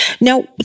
Now